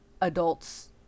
adults